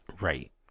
Right